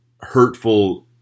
hurtful